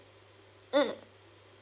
mm